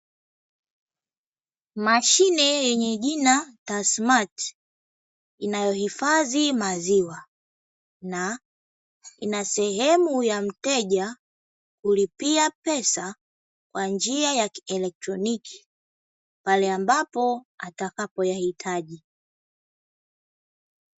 Mashine yenye jina "TASSMATT", inayohifadhi maziwa na ina sehemu ya mteja kulipia pesa kwa njia ya kielektroniki pale ambapo atakapo yahitaji.